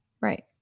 right